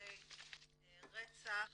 בנתוני רצח